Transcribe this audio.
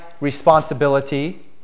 responsibility